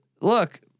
look